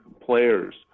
players